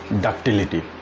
ductility